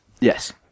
Yes